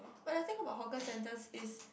but the thing about hawker centers is